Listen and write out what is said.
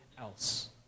else